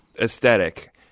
aesthetic